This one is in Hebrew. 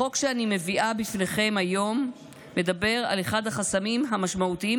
החוק שאני מביאה בפניכם היום מדבר על אחד החסמים המשמעותיים